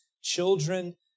children